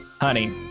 honey